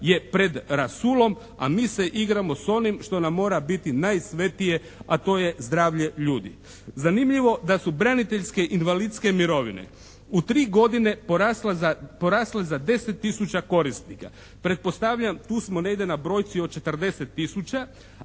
je pred rasulom a mi se igramo s onim što nam mora biti nasvetije a to je zdravlje ljudi. Zanimljivo da su braniteljske invalidske mirovine u tri godine porasle za 10 tisuća korisnika. Pretpostavljam, tu smo negdje na brojci od 40